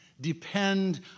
depend